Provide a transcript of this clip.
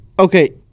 Okay